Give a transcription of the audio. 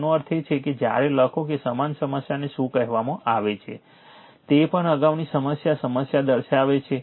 તેનો અર્થ એ કે જ્યારે લખો કે સમાન સમસ્યાને શું કહેવામાં આવે છે તે પણ અગાઉની સમાન સમસ્યા દર્શાવે છે